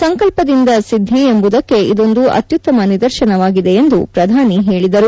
ಸಂಕಲ್ಪದಿಂದ ಸಿದ್ದ ಎಂಬುದಕ್ಕೆ ಇದೊಂದು ಅತ್ಯುತ್ತಮ ನಿದರ್ಶನವಾಗಿದೆ ಎಂದು ಪ್ರಧಾನಿ ಹೇಳಿದರು